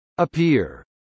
Appear